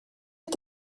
est